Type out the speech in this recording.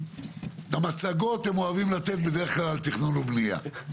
את המצגות הם אוהבים לתת בדרך כלל על תכנון ובנייה,